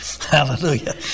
Hallelujah